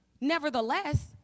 nevertheless